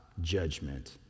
judgment